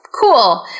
Cool